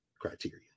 criteria